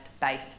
based